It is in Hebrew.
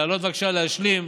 לעלות להשלים.